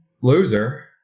Loser